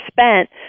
spent